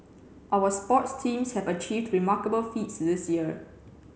our sports teams have achieved remarkable feats this year